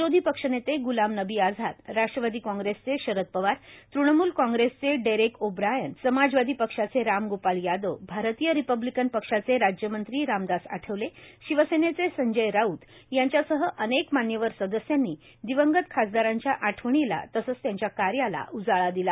विरोधी पक्षनेते ग्लाम नबी आझाद राष्ट्रवादी काँग्रेसचे शरद पवार तृणमूल काँग्रेसचे डेरेक ओ ब्रायन समाजवादी पक्षाचे रामगोपाल यादव भारतीय रिपब्लीनकन पक्षाचे राज्यमंत्री रामदास आठवले शिवसेनेचे संजय राऊत यांच्यासह अनेक मान्यवर सदस्यांनी दिवंगत खासदारांच्या आठवणीला तसंच त्यांच्या कार्याला उजाळा दिला